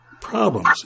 problems